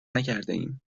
نکردهایم